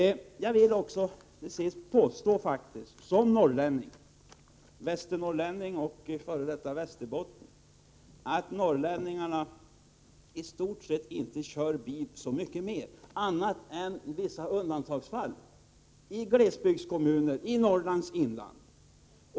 Jag vill också som norrlänning påstå — västernorrlänning och före detta västerbottning — att norrlänningarna i stort sett inte kör bil så mycket mer än andra annat än i vissa undantagsfall, i glesbygdskommuner och i Norrlands inland.